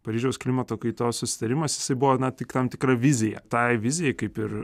paryžiaus klimato kaitos susitarimas jisai buvo na tik tam tikra vizija tai vizija kaip ir